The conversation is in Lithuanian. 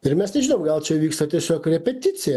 ir mes nežinom gal čia vyksta tiesiog repeticija